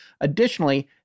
Additionally